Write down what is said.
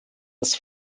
dass